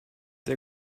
der